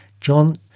John